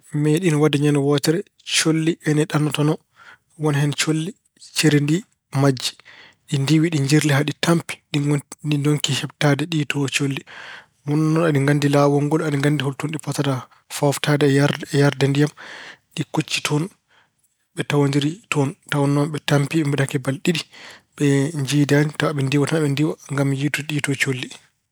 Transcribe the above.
Meeɗiino waɗde ñande wootere colli ina ɗannotonoo, won hen colli cerindii, ɗi majji. Ɗi ndiwi, ɗi njirlii haa ɗi tampi, ɗi ndokki heɓtaade ɗiya too colli. Wonnoo aɗi nganndi laawol ngol, aɗi nganndi holtoon ɗi potata fooftaade, e yarde ndiyam. Ɗi kucci toon, ɓee tawondiri toon. Tawa noon ɓe tampii, ɓe mbaɗii hakke balɗe ɗiɗi ɓe njiydaani. Aɓe ndiwa tan aɓa ndiwa ngam yiytude ɗiya too colli.